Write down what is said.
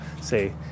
say